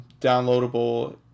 downloadable